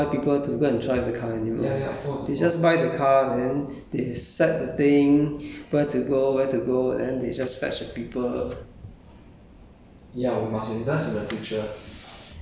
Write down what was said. ya the companies will just buy the car they won't employ people to go and drive the car anymore they just buy the car and then they set the thing where to go where to go and then they just fetch the people